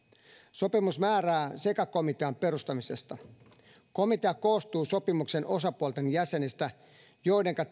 sopimus määrää sekakomitean perustamisesta komitea koostuu sopimuksen osapuolten jäsenistä joidenka